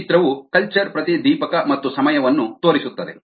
ಈ ಚಿತ್ರವು ಕಲ್ಚರ್ ಪ್ರತಿದೀಪಕ ಮತ್ತು ಸಮಯವನ್ನು ತೋರಿಸುತ್ತದೆ